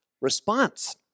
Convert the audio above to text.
response